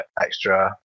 extra